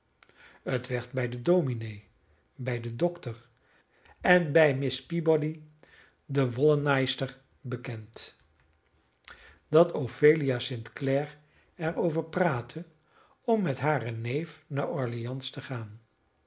het werd bij den dominee bij den dokter en bij miss peabody de wollenaaister bekend dat ophelia st clare er over praatte om met haren neef naar orleans te gaan